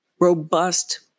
robust